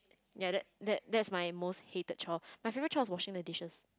ya that that that's my most hated chore my favourite chore is washing the dishes